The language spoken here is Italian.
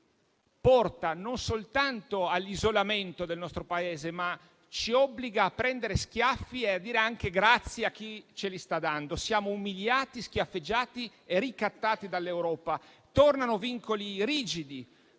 porta non soltanto all'isolamento del nostro Paese, ma ci obbliga anche a prendere schiaffi e a dire anche grazie a chi ce li sta dando. Siamo umiliati, schiaffeggiati e ricattati dall'Europa. Tornano vincoli rigidi,